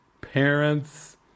parents